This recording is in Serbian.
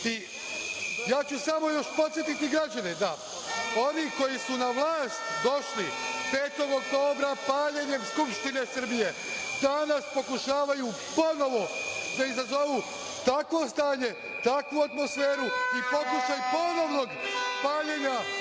ću samo još podsetiti građane da oni koji su na vlast došli 5. oktobra paljenjem Skupštine Srbije danas pokušavaju ponovo da izazovu takvo stanje, takvu atmosferu i pokušaj ponovnog paljenja